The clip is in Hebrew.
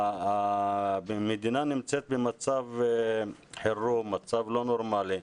המדינה נמצאת במצב חירום, מצב לא נורמלי,